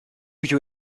you